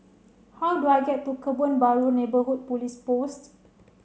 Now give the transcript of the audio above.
how do I get to Kebun Baru Neighbourhood Police Post